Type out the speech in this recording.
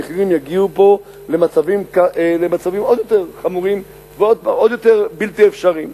המחירים יגיעו פה למצבים עוד יותר חמורים ועוד יותר בלתי אפשריים.